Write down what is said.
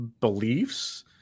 beliefs